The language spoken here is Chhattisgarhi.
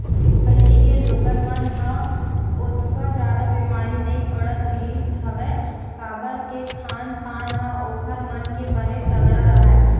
पहिली के लोगन मन ह ओतका जादा बेमारी नइ पड़त रिहिस हवय काबर के खान पान ह ओखर मन के बने तगड़ा राहय